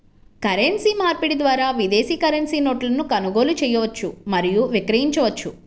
currency మార్పిడి ద్వారా విదేశీ కరెన్సీ నోట్లను కొనుగోలు చేయవచ్చు మరియు విక్రయించవచ్చు